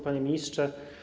Panie Ministrze!